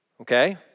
okay